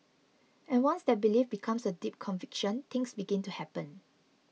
and once that belief becomes a deep conviction things begin to happen